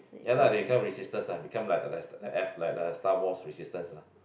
ya lah they become resistance lah become like there's the F like the Star-Wars resistance lah